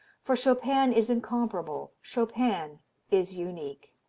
for chopin is incomparable, chopin is unique.